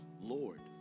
Lord